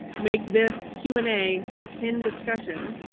make this qa and a ah pin discussion.